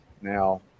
now